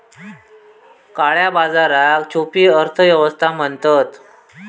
काळया बाजाराक छुपी अर्थ व्यवस्था म्हणतत